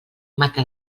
mata